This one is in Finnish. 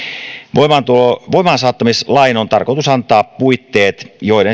voimaansaattamislain on tarkoitus antaa puitteet joiden